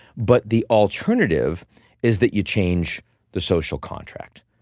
but the alternative is that you change the social contract.